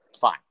Fine